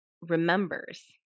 remembers